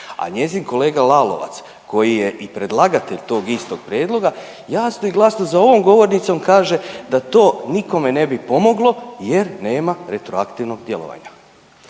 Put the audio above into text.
A njezin kolega Lalovac koji je i predlagatelj tog istog prijedloga jasno i glasno za ovom govornicom kaže da to nikome ne bi pomoglo jer nema retroaktivnog djelovanja.